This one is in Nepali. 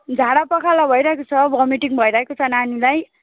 झाडा पखाला भइराखेको छ भमिटिङ्ग भइराखेको छ नानीलाई